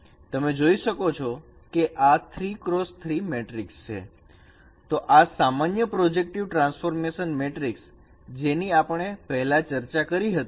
તમે જોઈ શકો છો કે આ 3x3 મેટ્રિક્સ છે તો આ સામાન્ય પ્રોજેક્ટિવ ટ્રાન્સફોર્મેશન મેટ્રિક્સ જેની આપણે પહેલા ચર્ચા કરી હતી